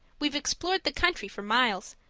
we've explored the country for miles,